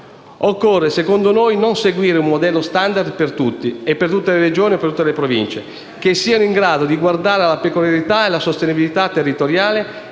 Occorre, secondo noi, non seguire un modello standard per tutti, per tutte le Regioni e per tutte le Province, ma modelli che siano in grado di guardare alla peculiarità e alla sostenibilità territoriale